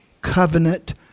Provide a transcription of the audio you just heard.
covenant